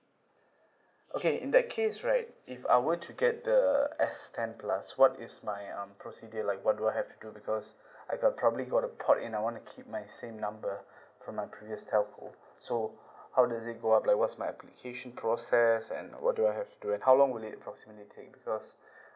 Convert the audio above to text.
okay in that case right if I were to get the S ten plus what is my um procedure like what do I have to do because I got probably got to pot in I wanna keep my same number from my previous telco so how does it go up like what's my application process and what do I have to do and how long would it approximately take because